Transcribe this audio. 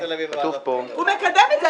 הוא מקדם את זה.